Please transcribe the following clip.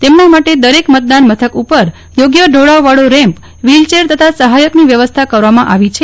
તેમના માટે દરેક મતદાન મથક ઉપર યોગ્ય ઢોળાવવાળો રેમ્પ વ્હીલચેર તથા સહાયકની વ્યવસ્થા કરવામાં આવી છે